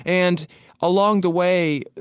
and along the way,